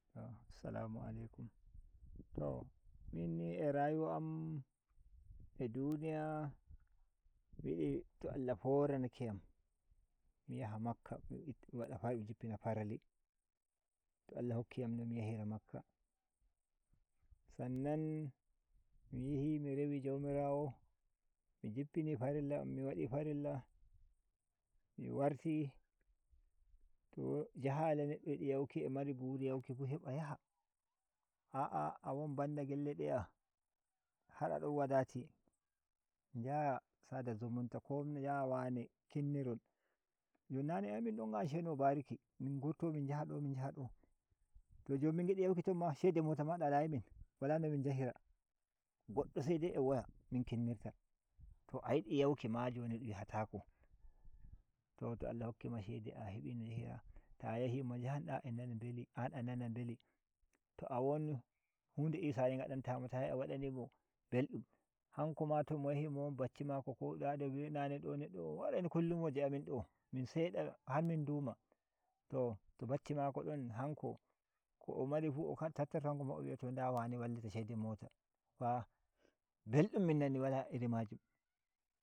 Salamu Alaikum to minni a rayuwa am a duniya to Allah forana ke yam mi yaha Makkah mi jippina farali to Allah hokkiyam no mi yahira Makkah sannan mi yahi me rewi jomirawo mi jippini farilla am mi wadi farilla mi warti to jahale neddo yidi yanki a mari buri yanki fu heba yaha a’a a won banda gelle deya har adon wadati njaha sada zumunta komnira wane kinniron jon nane ae mindon ganshaino bariki min ngurto min jaha do min jaha do to jon min ngidi yauki ton ma shede mota dalayi min wala no min jahira goddo se dai a woya min kinnirta to ayidi yanki ma joni dun yahata ko to to Allah hokkima shede a hebi no njahira ta yahi mo njahan da a nana mbeli an anana mbeli to a won hu nde isani ngadanta mo ta yahi a wadani mo beldum hanko ma to mo yahi mowon bacci mako ko na ne do o warai no kullum waje amin do min seda har min nduma to- to bacci mako don hanko ko’o mari fu o taffaro o wi’a wane nda wallita shede mota fa belɗum min nani.